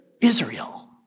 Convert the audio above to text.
Israel